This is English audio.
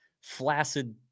flaccid